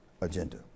agenda